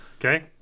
Okay